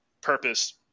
purpose